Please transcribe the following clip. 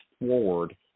forward